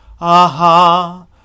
Aha